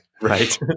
Right